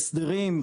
ההסדרים,